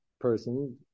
person